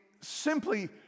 simply